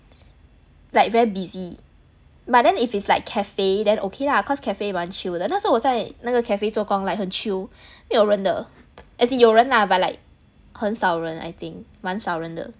like very busy but then if it's like cafe then okay lah cause cafe 蛮 chill 的那时候我在那个 cafe 做工 like 很 chill 没有人的 as in 有人 lah but like 很少人 I think 蛮少人的